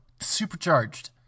supercharged